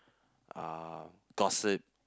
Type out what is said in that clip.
ah gossip